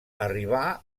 arribà